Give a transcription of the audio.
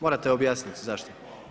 Morate objasniti zašto.